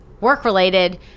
work-related